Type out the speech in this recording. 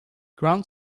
ground